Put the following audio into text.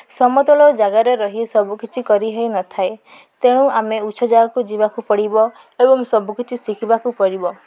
ସମତଳ ଜାଗାରେ ରହି ସବୁକିଛି କରି ହୋଇନଥାଏ ତେଣୁ ଆମେ ଉଚ୍ଚ ଜାଗାକୁ ଯିବାକୁ ପଡ଼ିବ ଏବଂ ସବୁକିଛି ଶିଖିବାକୁ ପଡ଼ିବ